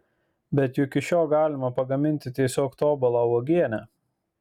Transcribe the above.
bet juk iš jo galima pagaminti tiesiog tobulą uogienę